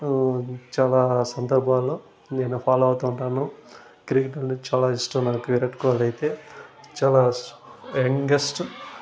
చాలా సందర్భాల్లో నేను ఫాలో అవుత ఉంటాను క్రికెట్ అంటే చాలా ఇష్టం నాకు విరాట్ కోహ్లీ అయితే చాలా యంగెస్ట్